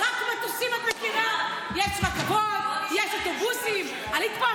אני רוצה להגיד לציבור היקר --- למה לא באת ביום ראשון --- תגידי,